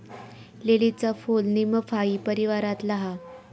लीलीचा फूल नीमफाई परीवारातला हा